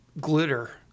Glitter